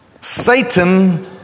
Satan